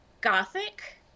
Gothic